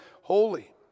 holy